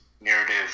narrative